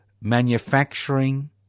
manufacturing